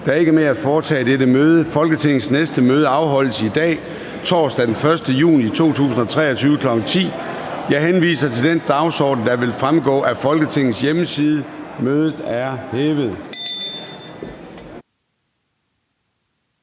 Der er ikke mere at foretage i dette møde. Folketingets næste møde afholdes i dag, torsdag den 1. juni 2023, kl. 10.00. Jeg henviser til den dagsorden, der vil fremgå af Folketingets hjemmeside. Mødet er hævet.